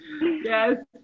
Yes